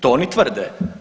To oni tvrde.